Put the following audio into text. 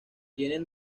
tienen